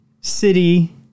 City